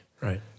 right